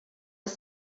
was